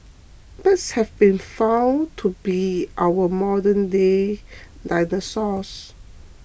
birds have been found to be our modernday dinosaurs